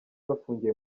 bafungiye